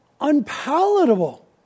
unpalatable